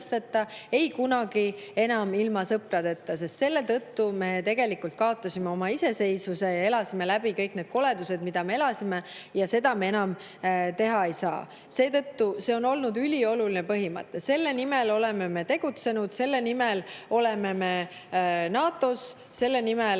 ei kunagi enam ilma sõpradeta, sest selle tõttu me tegelikult kaotasime oma iseseisvuse ja elasime läbi kõik need koledused, [mis tulid]. Seda me enam teha ei saa. Seetõttu see on olnud ülioluline põhimõte, selle nimel oleme tegutsenud. Selle nimel oleme me NATO‑s, selle nimel